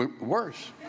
worse